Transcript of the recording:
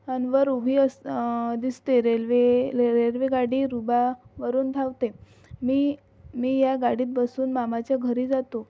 नानवर उभी अस दिसते रेल्वे रेल्वेगाडी रुळावरून धावते मी मी या गाडीत बसून मामाच्या घरी जातो